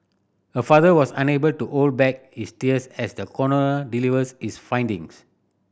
her father was unable to hold back his tears as the coroner delivers his findings